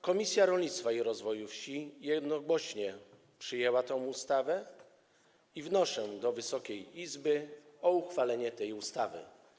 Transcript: Komisja Rolnictwa i Rozwoju Wsi jednogłośnie przyjęła tę ustawę i wnoszę do Wysokiej Izby o uchwalenie tej ustawy.